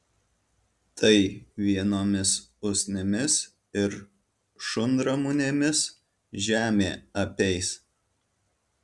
tai vienomis usnimis ir šunramunėmis žemė apeis